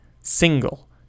single